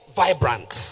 vibrant